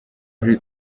ari